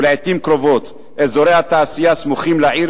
ולעתים קרובות אזורי התעשייה הסמוכים לעיר